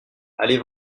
allez